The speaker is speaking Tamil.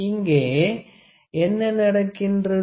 இங்கே என்ன நடக்கின்றது